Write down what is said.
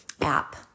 app